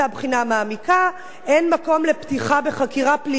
ואין מקום לפתיחה בחקירה פלילית בגין פסק הלכה.